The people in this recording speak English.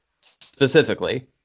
specifically